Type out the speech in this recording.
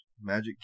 Magic